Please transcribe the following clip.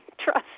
Trust